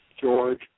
George